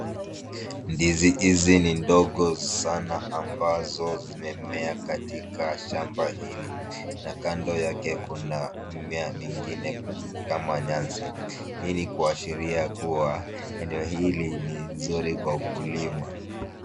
Ndizi hizi ni ndogo sana, ambazo zimemea katika shamba hili na kando yake kuna mimea mingine kama nyasi. Hii ni kuashiria kuwa eneo hili ni nzuri kwa ukulima.